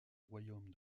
royaume